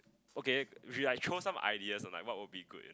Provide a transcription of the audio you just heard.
okay we like throw some ideas on like what would be good